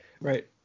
Right